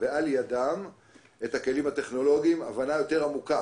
ועל ידו את הכלים הטכנולוגיים הבנה יותר עמוקה.